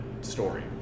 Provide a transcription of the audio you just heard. story